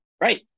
Right